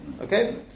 okay